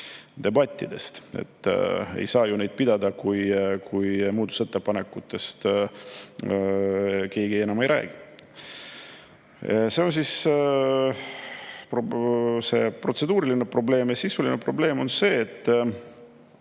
debattidest. Ei saa ju neid pidada, kui muudatusettepanekutest keegi enam ei räägi. See on see protseduuriline probleem. Sisuline probleem on see, et